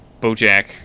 Bojack